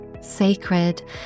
sacred